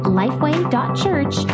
lifeway.church